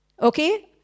Okay